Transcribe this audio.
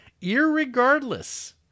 irregardless